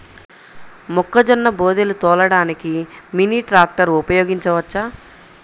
మొక్కజొన్న బోదెలు తోలడానికి మినీ ట్రాక్టర్ ఉపయోగించవచ్చా?